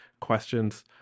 questions